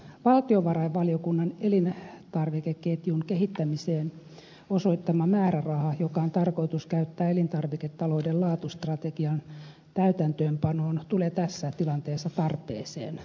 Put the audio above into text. valtiovarainvaliokunnan elintarvikeketjun kehittämiseen osoittama määräraha joka on tarkoitus käyttää elintarviketalouden laatustrategian täytäntöönpanoon tulee tässä tilanteessa tarpeeseen